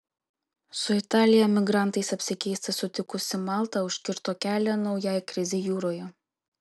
su italija migrantais apsikeisti sutikusi malta užkirto kelią naujai krizei jūroje